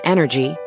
Energy